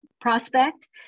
prospect